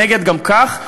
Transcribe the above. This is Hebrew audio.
נגד גם כך,